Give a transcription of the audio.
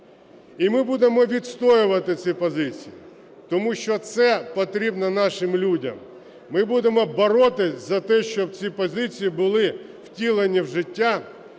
І ми будемо відстоювати ці позиції, тому що це потрібно нашим людям. Ми будемо боротись за те, щоб ці позиції були втілені в життя